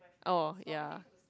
oh ya